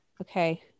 Okay